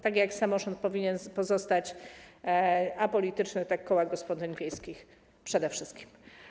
Tak jak samorząd powinien pozostać apolityczny, tak koła gospodyń wiejskich - przede wszystkim.